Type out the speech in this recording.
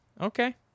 Okay